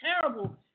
terrible